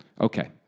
Okay